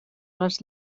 les